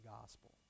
gospel